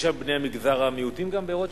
יש היום בני מגזר המיעוטים גם, ברוטשילד?